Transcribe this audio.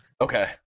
Okay